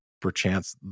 perchance